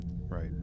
right